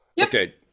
Okay